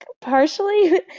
partially